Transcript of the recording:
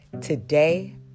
Today